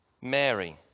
Mary